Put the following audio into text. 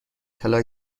طلا